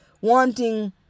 wanting